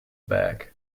bag